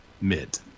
mid